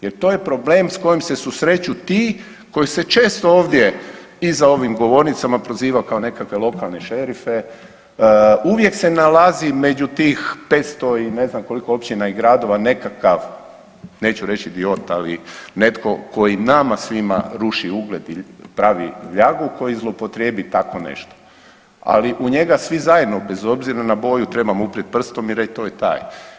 Jer to je problem s kojim se susreću ti koji se često ovdje i za ovim govornicima proziva kao nekakve lokalne šerife, uvijek se nalazi među tih 500 i ne znam koliko općina i gradova nekakav neću reći idiot ali netko koji nama svima ruši ugled i pravi ljagu koji zloupotrijebi tako nešto, ali u njega svi zajedno bez obzira na boju trebamo uprijeti prstom i reći to je taj.